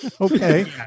okay